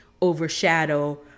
overshadow